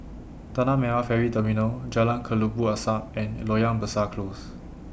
Tanah Merah Ferry Terminal Jalan Kelabu Asap and Loyang Besar Close